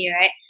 right